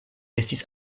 estis